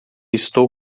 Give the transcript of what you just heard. estou